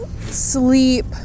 sleep